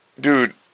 Dude